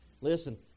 Listen